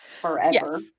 forever